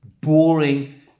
boring